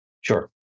Sure